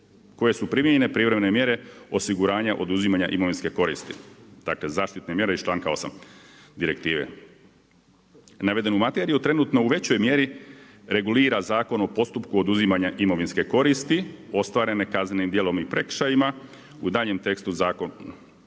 koje su primjenjene privremene mjere osiguranja oduzimanja imovinske koristi, dakle zaštitne mjere iz članka 8. direktive. Navedenu materiju trenutno u većoj mjeri regulira Zakon u postupku oduzimanja imovinske koristi ostvarene kaznenim djelom i prekršajima, u daljnjem tekstu Zakon